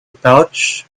pouch